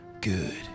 Good